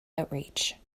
outreach